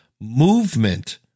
movement